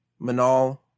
Manal